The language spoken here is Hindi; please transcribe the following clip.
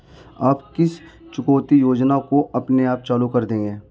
आप किस चुकौती योजना को अपने आप चालू कर देंगे?